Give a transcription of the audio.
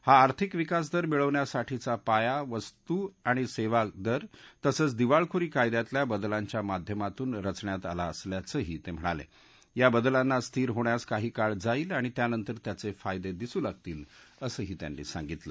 हा आर्थिक विकासदर मिळवण्यासाठीचा पाया वस्तू आणि सद्या दर तसंच दिवाळखोरी कायद्यातल्या बदलाच्या माध्यमातून रचण्यात आला असल्याचंही त िहिणाल या बदलांना स्थिर होण्यास काही काळ जाईल आणि त्यानंतर त्याच क्रायद दिसू लागतील असंही त्यांनी सांगितलं